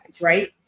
right